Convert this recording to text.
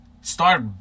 Start